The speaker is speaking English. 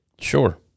Sure